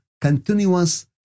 continuous